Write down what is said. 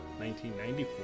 1994